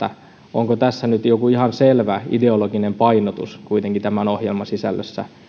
onko tässä nyt kuitenkin joku ihan selvä ideologinen painotus tämän ohjelman sisällössä